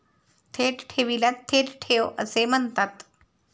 थेट ठेवीला थेट ठेव असे म्हणतात